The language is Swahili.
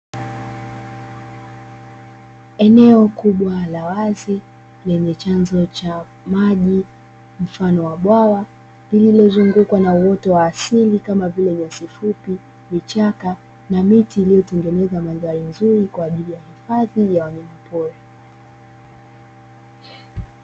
Eneo kubwa la wazi lenye chanzo cha maji mfano wa bwawa lililozungukwa na uoto wa asili kamavile:nyasi fupi, vichaka na miti iliyotengeneza mandhari nzuri kwa ajili ya hifadhi ya wanyama pori.